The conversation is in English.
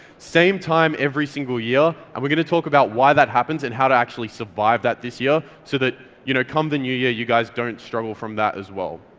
same time every single year, and we're gonna talk about why that happens and how to actually survive that this year so that you know come the new year, you guys don't struggle from that as well.